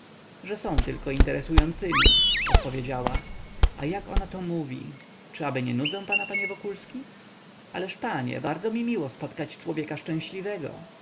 ze są tylko interesującymi odpowiedziała a jak ona to mówi czy aby nie nudzę pana panie wokulski ależ panie bardzo mi miło spotkać człowieka szczęśliwego